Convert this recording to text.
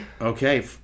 Okay